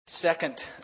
Second